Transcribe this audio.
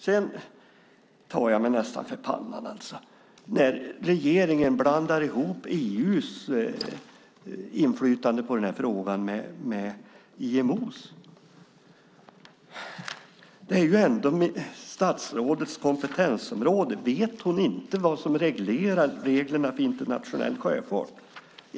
Jag tar mig nästan för pannan när regeringen blandar ihop EU:s inflytande på frågan med IMO:s. Det är ändå statsrådets kompetensområde. Vet hon inte vilka som utfärdar reglerna för internationell sjöfart?